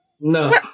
No